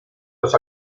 los